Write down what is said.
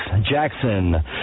Jackson